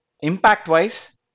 impact-wise